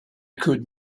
could